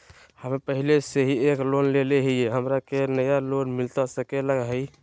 हमे पहले से एक लोन लेले हियई, हमरा के नया लोन मिलता सकले हई?